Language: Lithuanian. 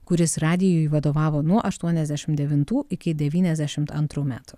kuris radijui vadovavo nuo aštuoniasdešimt devintų iki devyniasdešimt antrų metų